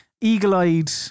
eagle-eyed